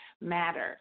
matter